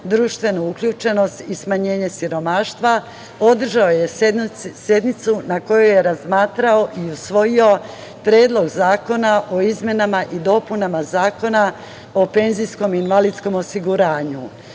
društvenu uključenost i smanjenje siromaštva održao je sednicu na kojoj je razmatrao i usvojio Predlog zakona o izmenama i dopunama Zakona o PIO.Ono što je na Odboru